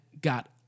got